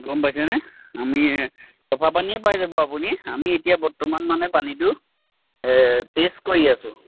গম পাইছেনে আমি চফা পানীয়ে পাই যাব আপুনি আমি এতিয়া বৰ্তমান মানে পানীটো টেষ্ট কৰি আছোঁ